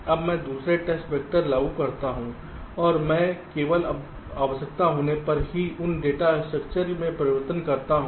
अब मैं दूसरा टेस्ट वेक्टर लागू करता हूं और मैं केवल आवश्यकता होने पर उन डेटा स्ट्रक्चर में परिवर्तन करता हूं